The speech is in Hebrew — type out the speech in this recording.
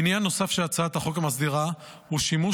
עניין נוסף שהצעת החוק מסדירה הוא שימוש